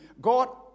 God